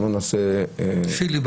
אנחנו לא נעשה -- פיליבסטר.